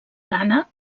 gana